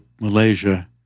Malaysia